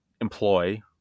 employ